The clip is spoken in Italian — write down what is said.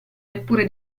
neppure